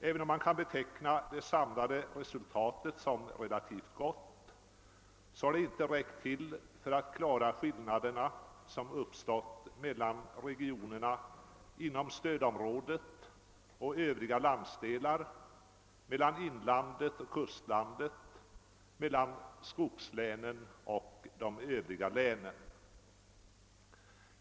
Även om man kan beteckna det samlade resultatet som gott, har det inte räckt till för att klara de skillnader som har uppstått mellan regionerna inom stödområdet och övriga landsdelar, mellan inlandet och kustlandet samt mellan skogslänen och de övriga länen.